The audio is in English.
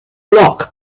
loch